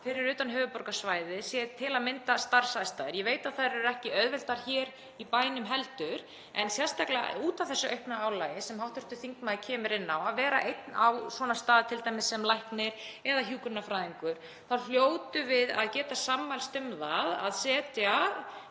fyrir utan höfuðborgarsvæðið sé til að mynda starfsaðstæður. Ég veit að þær eru heldur ekki auðveldar hér í bænum en sérstaklega út af þessu aukna álagi sem hv. þingmaður kemur inn á, að vera einn á svona stað t.d. sem læknir eða hjúkrunarfræðingur, þá hljótum við að geta sammælst um að setja